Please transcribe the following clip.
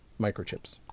Microchips